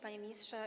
Panie Ministrze!